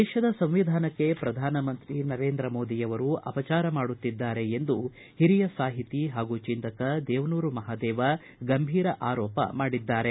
ದೇಶದ ಸಂವಿಧಾನಕ್ಕೆ ಪ್ರಧಾನ ಮಂತ್ರಿ ನರೇಂದ್ರ ಮೋದಿ ಅವರು ಅಪಚಾರ ಮಾಡುತ್ತಿದ್ದಾರೆ ಎಂದು ಹಿರಿಯ ಸಾಹಿತಿ ಹಾಗೂ ಚಿಂತಕ ದೇವನೂರು ಮಹದೇವ ಗಂಭೀರ ಆರೋಪ ಮಾಡಿದ್ದಾರೆ